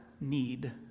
need